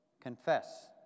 Confess